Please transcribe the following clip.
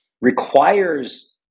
requires